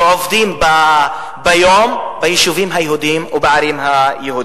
שעובדים ביום ביישובים היהודיים ובערים היהודיות.